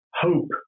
Hope